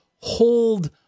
hold